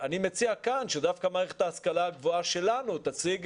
אני מציע כאן שדווקא מערכת ההשכלה הגבוהה שלנו תציג